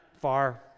far